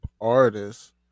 artists